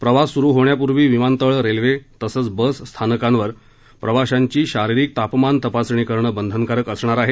प्रवास स्रु होण्यापूर्वी विमानतळं रेल्वे तसंच बस स्थानकांवर प्रवाशांची थर्मल तपासणी करणं बंधनकारक असणार आहे